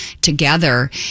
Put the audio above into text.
together